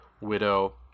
widow